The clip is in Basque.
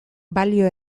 balio